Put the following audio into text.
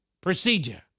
procedure